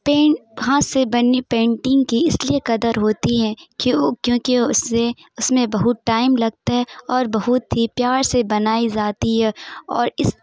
pain ہاتھ سے بنی پینٹنگ کی اس لیے قدر ہوتی ہیں کہ وہ کیونکہ اس سے اس میں بہت ٹائم لگتا ہے اور بہت ہی پیار سے بنائی جاتی ہے اور اس